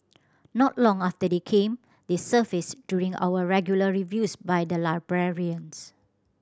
not long after they came they surfaced during our regular reviews by the librarians